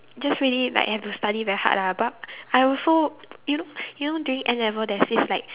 just really like have to study very hard lah but I also you know you know during N-level there's this like